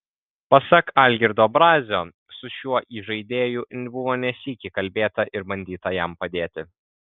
pasak algirdo brazio su šiuo įžaidėju buvo ne sykį kalbėta ir bandyta jam padėti